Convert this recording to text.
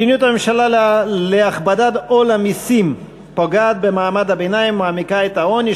מדיניות הממשלה להכבדת עול המסים פוגעת במעמד הביניים ומעמיקה את העוני,